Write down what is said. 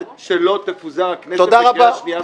שלא תפוזר הכנסת בקריאה שנייה ושלישית.